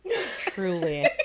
Truly